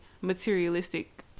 materialistic